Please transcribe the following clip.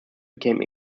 became